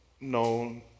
known